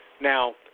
Now